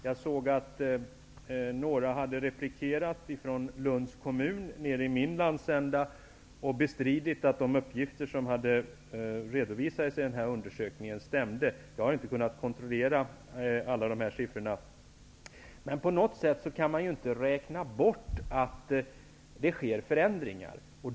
Jag såg att några hade replikerat från Lunds kommun, nere i min landsända, och bestritt att de uppgifter som hade redovisats i denna undersökning stämmer. Jag har inte kunnat kontrollera alla dessa siffror, men man kan ju inte bortse från att det sker förändringar.